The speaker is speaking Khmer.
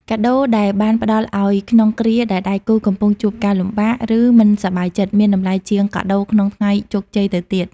កាដូដែលបានផ្ដល់ឱ្យក្នុងគ្រាដែលដៃគូកំពុងជួបការលំបាក ឬមិនសប្បាយចិត្ត មានតម្លៃជាងកាដូក្នុងថ្ងៃជោគជ័យទៅទៀត។